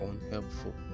unhelpful